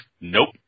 nope